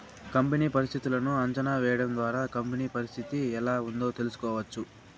company పరిస్థితులను అంచనా వేయడం ద్వారా కంపెనీ పరిస్థితి ఎలా ఉందో తెలుసుకోవచ్చు